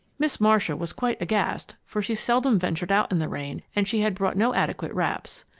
miss marcia was quite aghast, for she seldom ventured out in the rain and she had brought no adequate wraps.